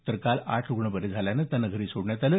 तर काल आठ रुग्ण बरे झाल्यानं त्यांना घरी सोडण्यात आलं